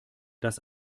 das